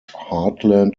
heartland